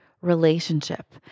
relationship